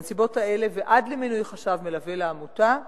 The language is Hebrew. בנסיבות האלה, ועד למינוי חשב מלווה לעמותה,